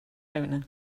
owner